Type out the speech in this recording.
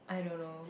I don't know